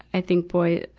i think boy,